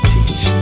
Teach